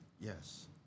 yes